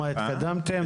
מה התקדמתם.